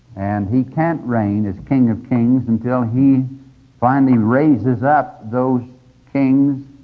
and he can't reign as king of kings until he finally raises up those kings,